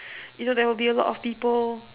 it will there will be a lot of people